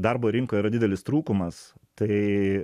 darbo rinkoje yra didelis trūkumas tai